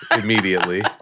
immediately